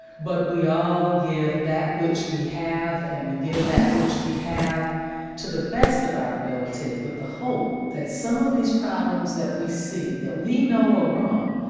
but we all give that which we have and we give that which we have to the best of our ability with but the hope that some of these problems that we see, that we know are wrong,